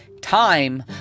Time